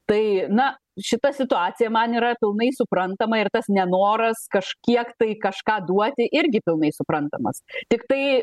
tai na šita situacija man yra pilnai suprantama ir tas nenoras kažkiek tai kažką duoti irgi pilnai suprantamas tiktai